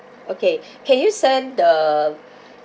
okay can you send the